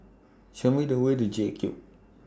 Show Me The Way to J Cube